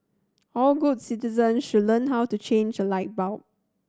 all good citizens should learn how to change a light bulb